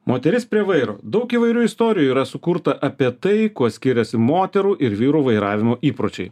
moteris prie vairo daug įvairių istorijų yra sukurta apie tai kuo skiriasi moterų ir vyrų vairavimo įpročiai